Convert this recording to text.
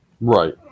Right